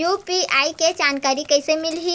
UPI के जानकारी कइसे मिलही?